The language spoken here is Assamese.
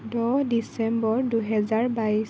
দহ ডিচেম্বৰ দুহেজাৰ বাইছ